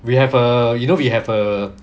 we have err you know we have err